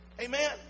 Amen